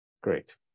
Great